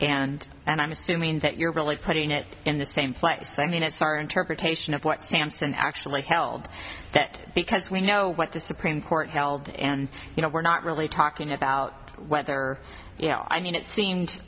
and i'm assuming that you're really putting it in the same place so i mean it's our interpretation of what sampson actually held that because we know what the supreme court held and you know we're not really talking about whether you know i mean it seemed